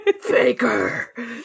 faker